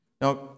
Now